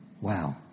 Wow